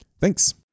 Thanks